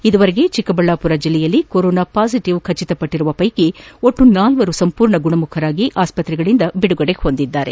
ಈವರೆಗೆ ಚಿಕ್ಕಬಳ್ಳಾಪುರ ಜಿಲ್ಲೆಯಲ್ಲಿ corona positive ದೃಡಪಟ್ಟರುವವರ ಪೈಕಿ ಒಟ್ಟು ನಾಲ್ವರು ಸಂಪೂರ್ಣ ಗುಣಮುಖರಾಗಿ ಆಸ್ಪತ್ರೆಯಿಂದ ಬಿಡುಗಡೆ ಹೊಂದಿದ್ದಾರೆ